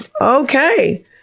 Okay